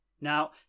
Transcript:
Now